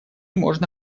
можно